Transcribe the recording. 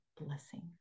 blessing